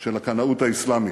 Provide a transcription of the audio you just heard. של הקנאות האסלאמית.